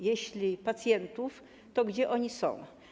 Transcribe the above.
Jeśli pacjentów, to gdzie oni są?